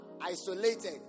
isolated